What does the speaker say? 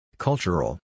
Cultural